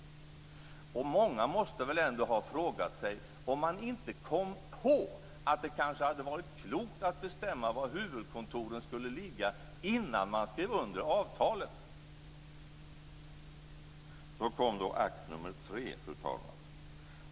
Många måste väl ha frågat sig om man inte kom på att det kanske hade varit klokt att bestämma var huvudkontoren skulle ligga innan man skrev under avtalet. Så kom då akt nummer tre, fru talman.